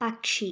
പക്ഷി